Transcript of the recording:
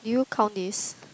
did you count this